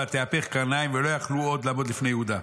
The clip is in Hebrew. ותיהפך קרניים ולא יכלו עוד לעמוד לפני יהודה,